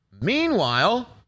meanwhile